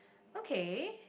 okay